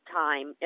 time